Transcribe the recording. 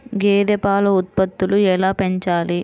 గేదె పాల ఉత్పత్తులు ఎలా పెంచాలి?